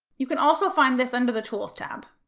you can also find this under the tools tab.